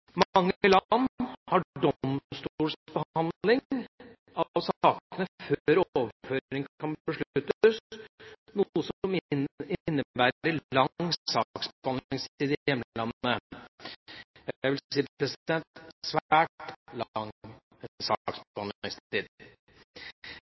Mange land har domstolsbehandling av sakene før overføring kan besluttes, noe som innebærer lang saksbehandlingstid i hjemlandet – jeg vil si svært